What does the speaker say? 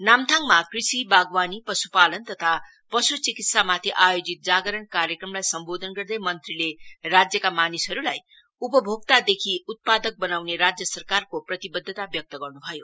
नामथाङ कृषि वागवानी पशुपालन तथा पशु चिकित्सामाथि आयोजित जागरण कार्यक्रमलाई सम्वोधन गर्दै मंत्रीले राज्यका मानिसहरुलाई उपभोक्तादेखि उत्पादक वनआउने राज्य सरकारको प्रतिवद्धता व्यक्त गर्नु भयो